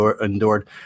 endured